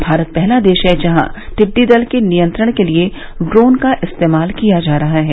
भारत पहला देश है जहां टिड्डी दल के नियंत्रण के लिए ड्रोन का इस्तेमाल किया जा रहा है